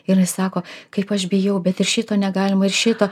ir ji sako kaip aš bijau bet ir šito negalima ir šito